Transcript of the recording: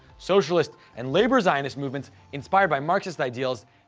socialist and labor zionist movements, inspired by marxist ideals,